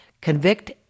Convict